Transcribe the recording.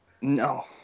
No